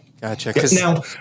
Gotcha